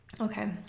Okay